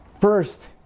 First